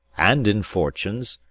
and in fortunes,